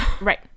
Right